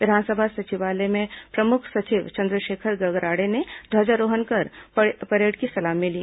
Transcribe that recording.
विधानसभा सचिवालय में प्रमुख सचिव चंद्रशेखर गगराड़े ने ध्वजारोहण कर परेड की सलामी ली